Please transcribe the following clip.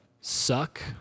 suck